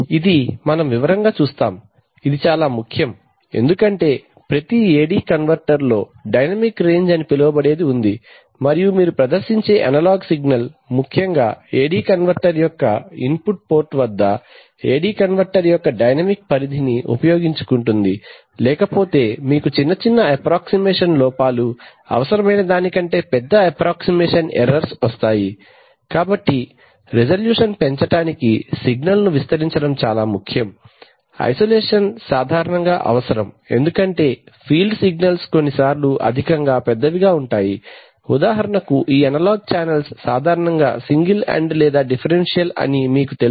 ఇది మనం వివరంగా చూస్తాము ఇది చాలా ముఖ్యం ఎందుకంటే ప్రతి AD కన్వర్టర్లో డైనమిక్ రేంజ్ అని పిలువబడేది ఉంది మరియు మీరు ప్రదర్శించే అనలాగ్ సిగ్నల్ ముఖ్యంగా AD కన్వర్టర్ యొక్క ఇన్పుట్ పోర్ట్ వద్ద AD కన్వర్టర్ యొక్క డైనమిక్ పరిధిని ఉపయోగించుకుంటుంది లేకపోతే మీకు చిన్న చిన్న అప్ప్రాక్సీమేషన్ లోపాలు అవసరమైన దానికంటే పెద్ద అప్ప్రాక్సీమేషన్ ఎర్రర్స్ వస్తాయి కాబట్టి రిజల్యూషన్ పెంచడానికి సిగ్నల్ను విస్తరించడం చాలా ముఖ్యం ఐసోలేషన్ సాధారణంగా అవసరం ఎందుకంటే ఫీల్డ్ సిగ్నల్స్ కొన్నిసార్లు అధికంగా పెద్దవిగా ఉంటాయి ఉదాహరణకు ఈ అనలాగ్ ఛానెల్స్ సాధారణంగా సింగిల్ ఎండ్ లేదా డిఫరెన్షియల్ అని మీకు తెలుసు